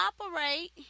operate